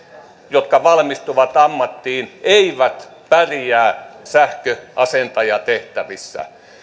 jotka valmistuvat ammattiin eivät pärjää sähköasentajatehtävissä